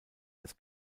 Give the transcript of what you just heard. des